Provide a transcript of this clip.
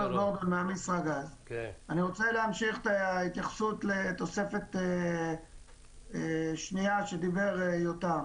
אני רוצה להמשיך את ההתייחסות לתוספת שנייה שדיבר עליה יותם.